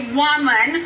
woman